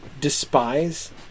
despise